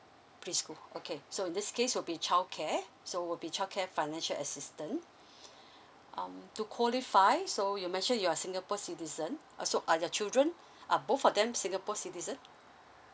pre school okay so in this case will be childcare so will be childcare financial assistance um to qualify so you mentioned you are singapore citizen uh so are the children are both of them singapore citizen